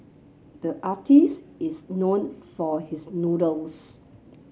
the artist is known for his noodles